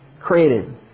created